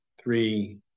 three